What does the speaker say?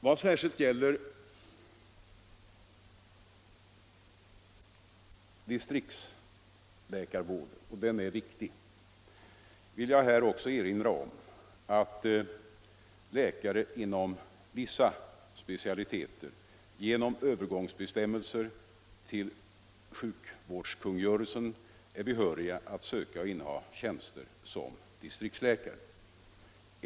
Vad särskilt avser distriktsläkarvården — och den är viktig — vill jag också erinra om att läkare inom vissa specialiteter genom övergångsbestämmelser till sjukvårdskungörelsen är behöriga att söka och inneha tjänster som distriktsläkare.